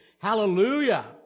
Hallelujah